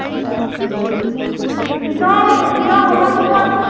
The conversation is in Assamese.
দিনৰ দিনৰ সময়টো কোৱাচোন